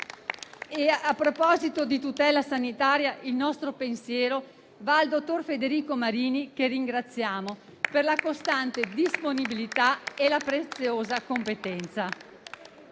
A proposito di tutela sanitaria, il nostro pensiero va al dottor Federico Marini, che ringraziamo per la costante disponibilità e la preziosa competenza.